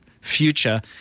future